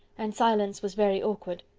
and silence was very awkward.